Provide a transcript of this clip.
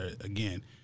Again